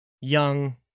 young